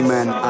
Man